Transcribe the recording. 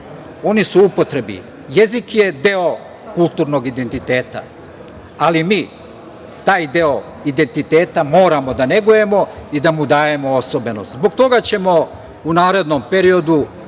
oni su u upotrebi. Jezik je deo kulturnog identiteta, ali mi taj deo identiteta moramo da negujemo i da mu dajemo osobenost. Zbog toga ćemo u narednom periodu